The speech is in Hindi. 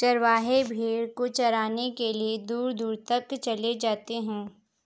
चरवाहे भेड़ को चराने के लिए दूर दूर तक चले जाते हैं